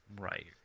Right